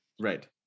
right